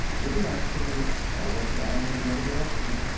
your reaction is spiraling down in the other direction.